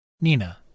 Nina